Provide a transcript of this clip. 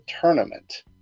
tournament